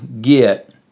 get